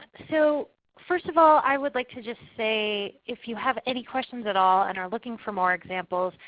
so first of all i would like to just say if you have any questions at all and are looking for more examples,